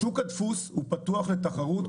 שוק הדפוס פתוח לתחרות.